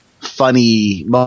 funny